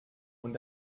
und